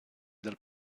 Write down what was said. dal